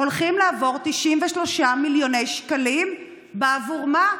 הולכים לעבור 93 מיליון שקלים, בעבור מה?